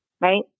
Right